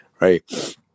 Right